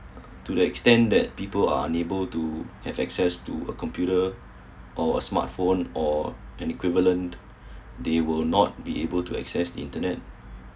to the extent that people are unable to have access to a computer or a smartphone or an equivalent they will not be able to access the internet